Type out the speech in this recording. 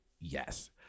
Yes